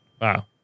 Wow